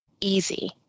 easy